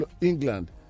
England